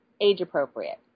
age-appropriate